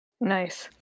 Nice